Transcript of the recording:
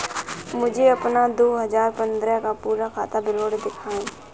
मुझे अपना दो हजार पन्द्रह का पूरा खाता विवरण दिखाएँ?